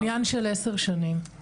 עניין של עשר שנים.